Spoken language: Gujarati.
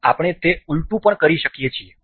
આપણે તે ઊલટું પણ કરી શકો છો